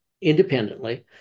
independently